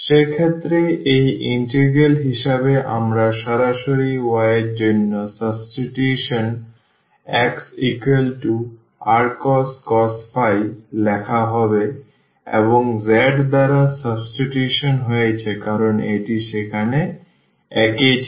সেক্ষেত্রে এই ইন্টিগ্রাল হিসাবে আমরা সরাসরি y এর জন্য সাবস্টিটিউশন xrcos লেখা হবে এবং z দ্বারা সাবস্টিটিউশন হয়েছে কারণ এটি সেখানে একই ছিল